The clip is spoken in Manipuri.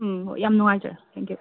ꯎꯝ ꯍꯣꯏ ꯌꯥꯝ ꯅꯨꯡꯉꯥꯏꯖꯔꯦ ꯊꯦꯡꯀꯤꯌꯨ